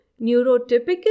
neurotypical